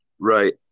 Right